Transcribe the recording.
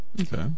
Okay